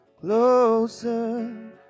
closer